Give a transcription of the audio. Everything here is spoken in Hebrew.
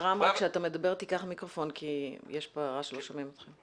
כשאתה מדבר, קח את המיקרופון כי לא שומעים אותך.